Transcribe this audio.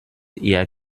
ihr